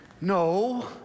No